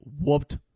whooped